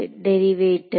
derivative